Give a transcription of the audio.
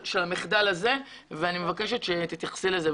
המחדל הזה ואני מבקשת שבבקשה תתייחסי לזה,